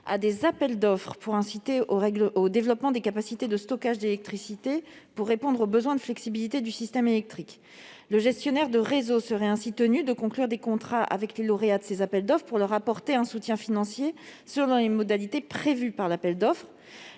à des appels d'offres pour favoriser le développement des capacités de stockage d'électricité en vue de répondre aux besoins de flexibilité du système électrique. Le gestionnaire de réseau serait ainsi tenu de conclure des contrats avec des lauréats des appels d'offres pour leur apporter un soutien financier selon les modalités prévues dans ce cadre.